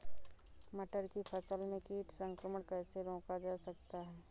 मटर की फसल में कीट संक्रमण कैसे रोका जा सकता है?